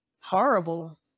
horrible